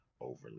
overly